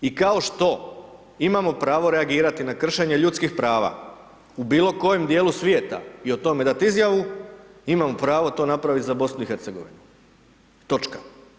I kao što imamo pravo reagirati na kršenje ljudskih prava u bilo kojem dijelu svijeta i o tome dati izjavu, imamo pravo to napraviti za BiH, točka.